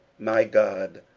my god,